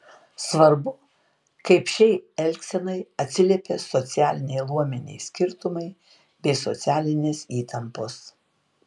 svarbu kaip šiai elgsenai atsiliepė socialiniai luominiai skirtumai bei socialinės įtampos